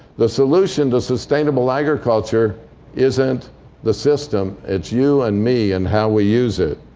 the solution to sustainable agriculture isn't the system. it's you, and me, and how we use it.